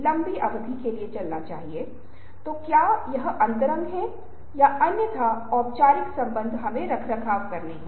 भ्रम की अवधारणा जहां या उस मामले के लिए विरोधाभास है जहां अंदर और बाहर के बीच संबंध भ्रमित है